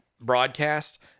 broadcast